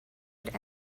had